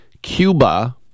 cuba